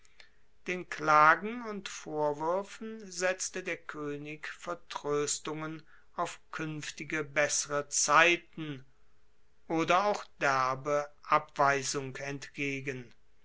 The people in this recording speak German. den klagen und vorwuerfen setzte der koenig vertroestungen auf kuenftige bessere zeiten oder auch derbe abweisung entgegen